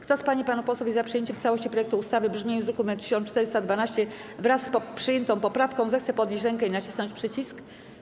Kto z pań i panów posłów jest za przyjęciem w całości projektu ustawy w brzmieniu z druku nr 1412, wraz z przyjętą poprawką, zechce podnieść rękę i nacisnąć przycisk.